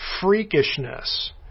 freakishness